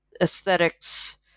aesthetics